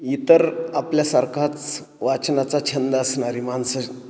इतर आपल्यासारखाच वाचनाचा छंद असणारी माणसं